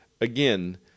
again